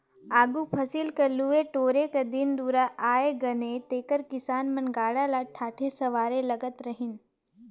आघु फसिल कर लुए टोरे कर दिन दुरा आए नगे तेकर किसान मन गाड़ा ल ठाठे सवारे लगत रहिन